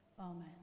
Amen